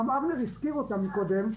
שגם אבנר הזכיר אותם קודם,